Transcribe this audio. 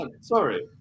Sorry